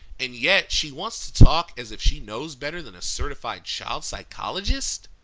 and yet she wants to talk as if she knows better than a certified child psychologist?